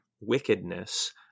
wickedness